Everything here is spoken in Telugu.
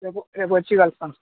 రేపు రేపు వచ్చి కలుస్తాను